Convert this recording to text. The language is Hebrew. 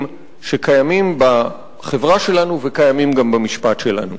שקיימים בחברה שלנו וקיימים גם במשפט שלנו.